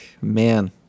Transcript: man